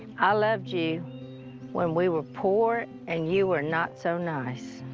i loved you when we were poor, and you were not so nice.